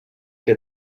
que